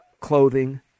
clothing